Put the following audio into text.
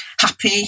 happy